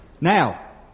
now